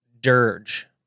dirge